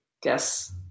guess